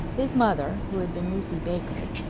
his mother, who had been lucy baker,